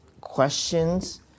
questions